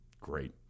great